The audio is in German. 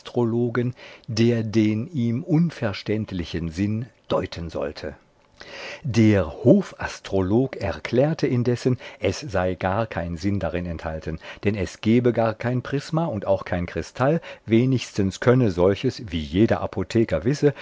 der den ihm unverständlichen sinn deuten sollte der hofastrolog erklärte indessen es sei gar kein sinn darin enthalten denn es gebe gar kein prisma und auch kein kristall wenigstens könne solches wie jeder apotheker wisse